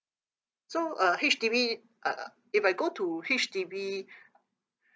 so uh H_D_B uh if I go to H_D_B